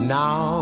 now